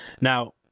now